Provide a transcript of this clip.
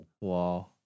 Wow